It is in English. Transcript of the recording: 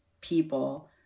people